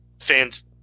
fans